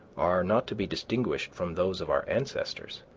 are not to be distinguished from those of our ancestors.